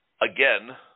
again